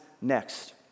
next